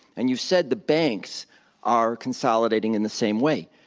and you said the banks are consolidating in the same way.